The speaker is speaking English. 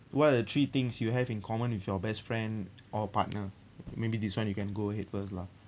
what are the three things you have in common with your best friend or partner maybe this one you can go ahead first lah